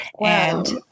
and-